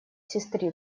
сестры